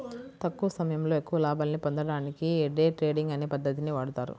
తక్కువ సమయంలో ఎక్కువ లాభాల్ని పొందడానికి డే ట్రేడింగ్ అనే పద్ధతిని వాడతారు